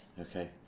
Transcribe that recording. Okay